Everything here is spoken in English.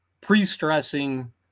pre-stressing